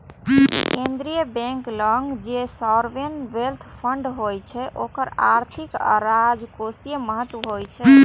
केंद्रीय बैंक लग जे सॉवरेन वेल्थ फंड होइ छै ओकर आर्थिक आ राजकोषीय महत्व होइ छै